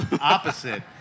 opposite